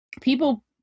People